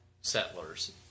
settlers